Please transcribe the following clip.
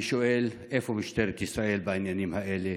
אני שואל: איפה משטרת ישראל בעניינים האלה?